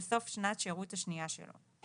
בסוף שנת השירות השנייה שלו,